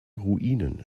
ruinen